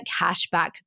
cashback